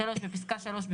(3)בפסקה (3),